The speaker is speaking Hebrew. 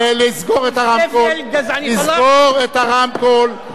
לסגור את הרמקול.